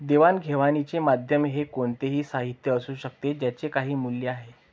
देवाणघेवाणीचे माध्यम हे कोणतेही साहित्य असू शकते ज्याचे काही मूल्य आहे